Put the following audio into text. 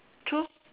true